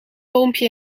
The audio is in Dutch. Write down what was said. boompje